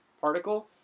particle